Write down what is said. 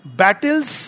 battles